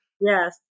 yes